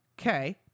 Okay